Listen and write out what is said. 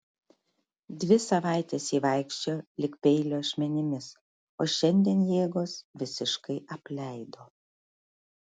dvi savaites ji vaikščiojo lyg peilio ašmenimis o šiandien jėgos visiškai apleido